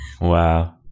Wow